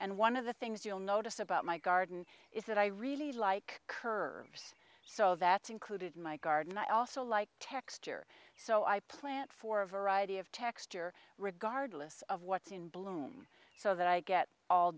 and one of the things you'll notice about my garden is that i really like curves so that's included in my garden i also like texture so i plant for a variety of texture regardless of what's in bloom so that i get all